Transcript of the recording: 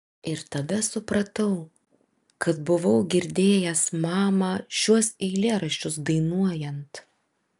ir tada supratau kad buvau girdėjęs mamą šiuos eilėraščius dainuojant